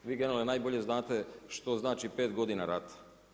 Vi generale najbolje znate što znači 5 godina rata.